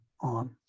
on